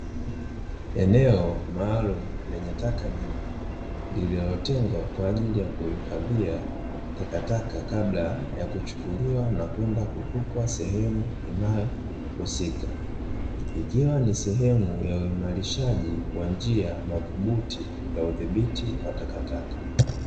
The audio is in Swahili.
Eneo maalumu lenye taka nyingi, lililotengwa kwa ajili ya kuhifadhia takataka kabla ya kuchukuliwa na kwenda kutupwa sehemu inayohusika. Ikiwa ni sehemu ya uimarishaji wa njia madhubuti ya udhibiti wa takataka.